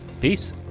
peace